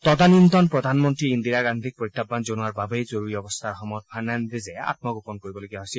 তদানীন্তন প্ৰধানমন্ত্ৰী ইন্দিৰা গান্ধীক প্ৰত্যাহান জনোৱাৰ বাবেই জৰুৰী অৱস্থাৰ সময়ত ফাৰ্ণাণ্ডেজে আমগোপন কৰিবলগীয়া হৈছিল